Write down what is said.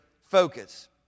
focus